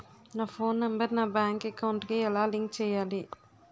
నా phone number నా bank account కి ఎలా లింక్ చేయాలి?